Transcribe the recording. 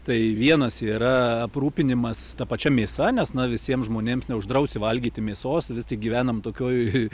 tai vienas yra aprūpinimas ta pačia mėsa nes na visiems žmonėms neuždrausi valgyti mėsos vis tik gyvenam tokioj